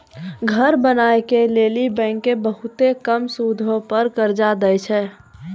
घर बनाय के लेली बैंकें बहुते कम सूदो पर कर्जा दै छै